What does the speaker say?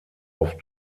auf